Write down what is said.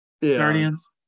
Guardians